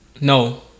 No